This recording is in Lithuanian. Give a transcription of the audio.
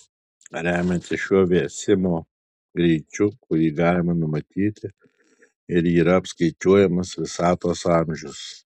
remiantis šiuo vėsimo greičiu kurį galima numatyti ir yra apskaičiuojamas visatos amžius